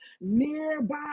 nearby